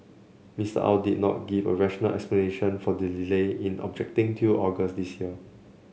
Mr Au did not give a rational explanation for the delay in objecting till August this year